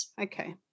Okay